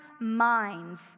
minds